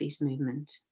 movement